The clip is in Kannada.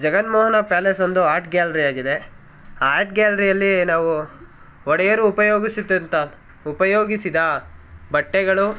ಜಗನ್ಮೋಹನ ಪ್ಯಾಲೇಸ್ ಒಂದು ಆರ್ಟ್ ಗ್ಯಾಲ್ರಿಯಾಗಿದೆ ಆ ಆರ್ಟ್ ಗ್ಯಾಲ್ರಿಯಲ್ಲಿ ನಾವು ಒಡೆಯರು ಉಪಯೋಗಿಸುತ್ತಿದ್ದ ಉಪಯೋಗಿಸಿದ ಬಟ್ಟೆಗಳು